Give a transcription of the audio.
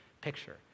picture